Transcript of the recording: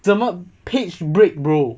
怎么 page break bro